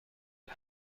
این